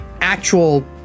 actual